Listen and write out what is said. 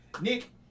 Nick